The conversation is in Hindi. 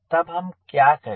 तब हम क्या करें